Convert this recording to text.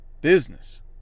Business